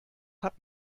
hat